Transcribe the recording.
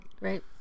right